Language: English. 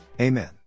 Amen